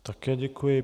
Také děkuji.